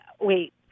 Wait